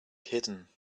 hidden